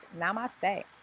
namaste